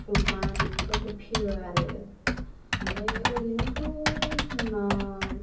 अमा बेफोरखौ फियो आरो ओमफ्राय ओरैनोथ' जोंनाव